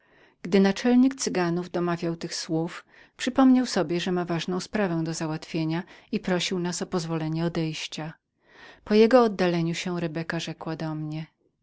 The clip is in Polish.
gdy naczelnik cyganów domawiał tych słów przypomiał sobie że miał ważną sprawę do załatwienia i prosił nas o pozwolenie odejścia po jego oddaleniu się rebeka rzekła do mnie